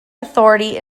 authority